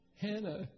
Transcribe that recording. Hannah